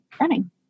running